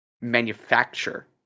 manufacture